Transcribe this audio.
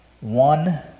one